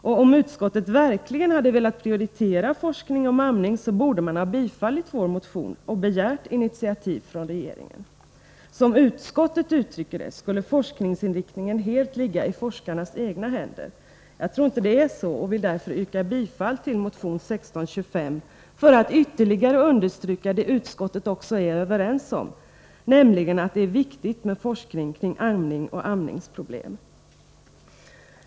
Om utskottet verkligen hade velat prioritera forskning om amning borde det ha bifallit vår motion och begärt initiativ från regeringen. Som utskottet uttrycker saken skulle forskningsinriktningen helt ligga i forskarnas egna händer. Jag tror inte att det är så och vill därför yrka bifall till motion 1625 för att ytterligare understryka det utskottet också är enigt om, nämligen att det är viktigt med forskning kring amning och amningsproblem.